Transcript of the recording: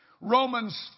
Romans